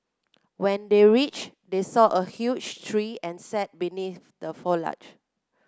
when they reached they saw a huge tree and sat beneath the foliage